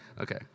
Okay